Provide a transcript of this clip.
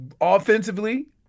offensively